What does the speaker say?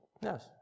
Yes